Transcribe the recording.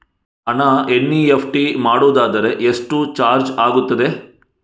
ಹಣ ಎನ್.ಇ.ಎಫ್.ಟಿ ಮಾಡುವುದಾದರೆ ಎಷ್ಟು ಚಾರ್ಜ್ ಆಗುತ್ತದೆ?